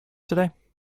today